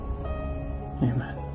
Amen